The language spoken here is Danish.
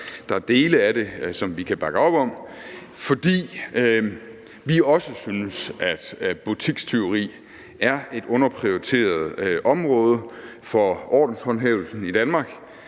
Der er dele af det, som vi kan bakke op om, fordi vi også synes, at butikstyveri er et underprioriteret område for ordenshåndhævelsen i Danmark.